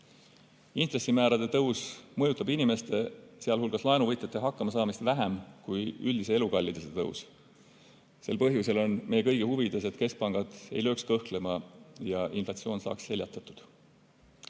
Intressimäärade tõus mõjutab inimeste, sealhulgas laenuvõtjate hakkamasaamist vähem kui üldise elukalliduse tõus. Sel põhjusel on meie kõigi huvides, et keskpangad ei lööks kõhklema ja inflatsioon saaks seljatatud. Sellega